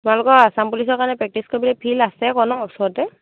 তোমালোকৰ আচাম পুলিচৰ কাৰণে প্ৰেক্টিছ কৰিবলৈ ফিল্ড আছে আকৌ নহ্ ওচৰতে